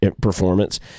performance